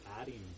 adding